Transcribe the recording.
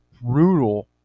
brutal